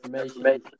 information